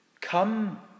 Come